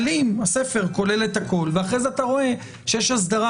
הספר כולל את הכול ואחרי זה אתה רואה שיש אסדרה